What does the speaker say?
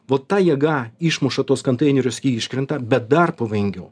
vot ta jėga išmuša tuos konteinerius ji iškrenta bet dar pavojingiau